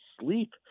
sleep